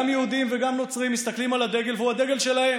גם יהודים וגם נוצרים מסתכלים על הדגל והוא הדגל שלהם.